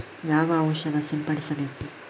ಯಾವ ಔಷಧ ಸಿಂಪಡಿಸಬೇಕು?